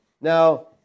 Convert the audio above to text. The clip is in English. Now